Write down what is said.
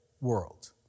world